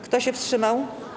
Kto się wstrzymał?